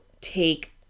take